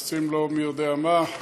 היחסים לא מי יודע מה,